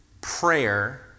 prayer